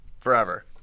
Forever